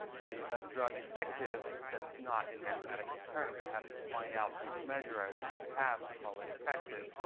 is a drug effective, that's not in mathematical terms, i have to find out which measure i want to have to call it effective.